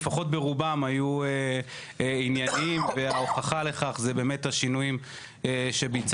שלפחות ברובם היו ענייניים והוכחה לכך הם באמת השינויים שביצענו.